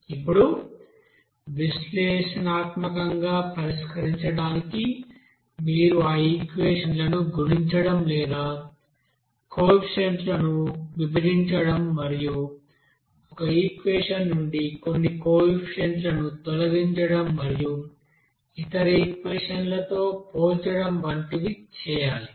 ఇప్పుడు విశ్లేషణాత్మకంగా పరిష్కరించడానికి మీరు ఆ ఈక్వెషన్లను గుణించడం లేదా కోఎఫిషియెంట్స్ లను విభజించడం మరియు ఒక ఈక్వెషన్ నుండి కొన్ని కోఎఫిషియెంట్స్ లను తొలగించడం మరియు ఇతర ఈక్వెషన్ లతో పోల్చడం వంటివి చేయాలి